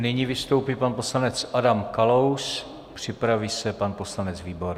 Nyní vystoupí pan poslanec Adam Kalous, připraví se pan poslanec Výborný.